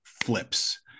flips